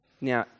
Now